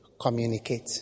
Communicate